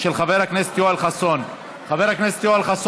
חבר הכנסת יואל חסון, בבקשה.